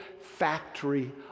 factory